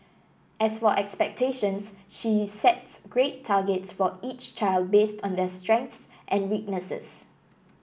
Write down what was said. as for expectations she sets grade targets for each child based on their strengths and weaknesses